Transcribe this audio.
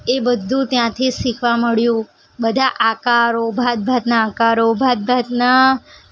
એ બધું ત્યાંથી જ શીખવા મળ્યું બધા આકારો ભાતભાતના આકારો ભાતભાતના